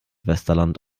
westerland